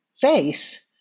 face